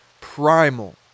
primal